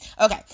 Okay